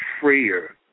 freer